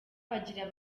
bagira